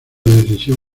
decisión